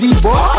D-boy